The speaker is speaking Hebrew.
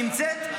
נמצאת?